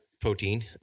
protein